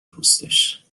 پوستش